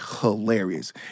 hilarious